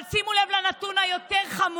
אבל שימו לב לנתון היותר-חמור: